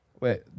Wait